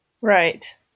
Right